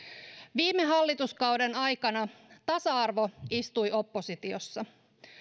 viime hallituskauden aikana tasa arvo istui oppositiossa